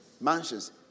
Mansions